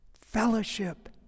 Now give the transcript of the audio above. Fellowship